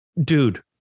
Dude